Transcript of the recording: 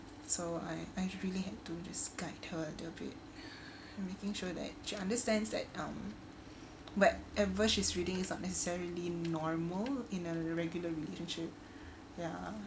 so I really had to just guide her a bit and making sure that she understands that um but whatever she's reading is not necessarily normal in an irregular relationship ya